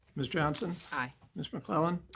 ms. johnson. aye. ms. mcclellan.